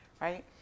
right